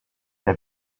wer